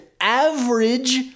average